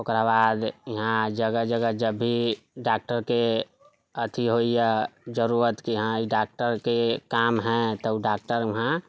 ओकरा बाद यहाँ जगह जगह जब भी डॉक्टरके अथि होइयै जरुरत कि हँ ई डॉक्टरके काम है तऽ ओ डॉक्टर वहाँ